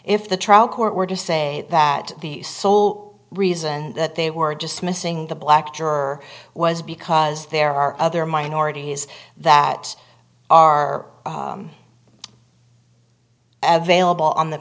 if the trial court were to say that the sole reason that they were just missing the black juror was because there are other minorities that are available on the